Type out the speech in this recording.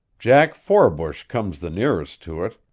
jack forbush comes the nearest to it,